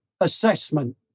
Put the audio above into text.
assessment